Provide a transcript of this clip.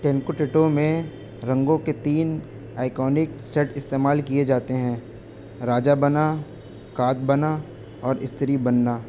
میں رنگوں کے تین آئیکانک سیٹ استعمال کیے جاتے ہیں راجا بنا کات بنا اور استری بننا